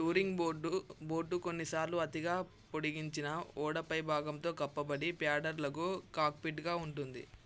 touring board boat కొన్నిసార్లు అతిగా పొడిగించిన ఓడ పైభాగంతో కప్పబడి ప్యాడర్లకు కాక్పిట్గా ఉంటుంది